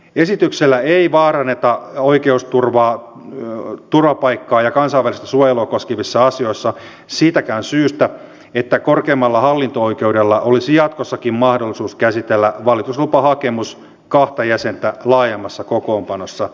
esityksellä ei vaaranneta oikeusturvaa turvapaikkaa ja kansainvälistä suojelua koskevissa asioissa siitäkään syystä että korkeimmalla hallinto oikeudella olisi jatkossakin mahdollisuus käsitellä valituslupahakemus kahta jäsentä laajemmassa kokoonpanossa